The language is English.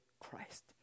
Christ